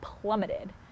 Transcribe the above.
plummeted